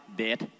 dead